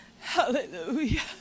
Hallelujah